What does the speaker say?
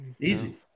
Easy